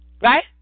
right